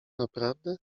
naprawdę